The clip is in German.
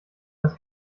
das